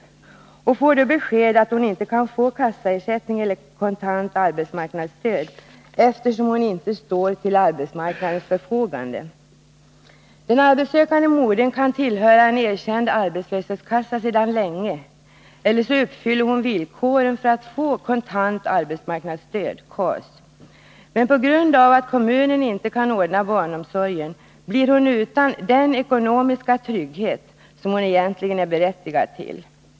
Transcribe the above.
Och hon får då besked att hon inte kan få kassaersättning eller kontant arbetsmarknadsstöd — KAS — eftersom hon inte står till arbetsmarknadens förfogande. Den arbetssökande modern kan tillhöra en erkänd arbetslöshetskassa sedan länge eller också uppfyller hon villkoren för att få kontant arbetsmarknadsstöd. Men på grund av att kommunen inte kan ordna barnomsorgen blir hon utan den ekonomiska trygghet som hon egentligen är berättigad till.